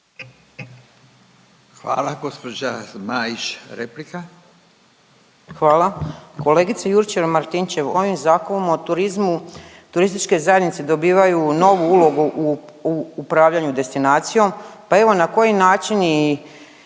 **Zmaić, Ankica (HDZ)** Hvala. Kolegice Jurčev-Martinčev, ovim Zakonom o turizmu turističke zajednice dobivaju novu ulogu u upravljanju destinacijom, pa evo na koji način